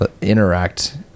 interact